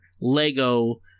Lego